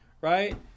right